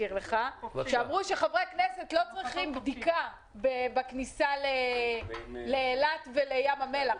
כשאמרו שחברי הכנסת לא צריכים בדיקה בכניסה לאילת וים המלח.